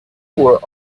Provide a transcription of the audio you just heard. were